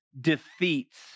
defeats